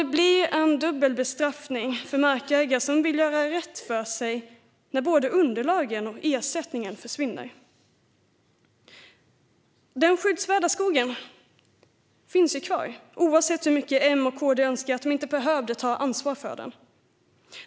Det blir en dubbel bestraffning för de markägare som vill göra rätt för sig när både underlagen och ersättningen försvinner. Den skyddsvärda skogen finns ju kvar, oavsett hur mycket M och KD önskar att de inte behövde ta ansvar för den.